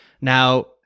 Now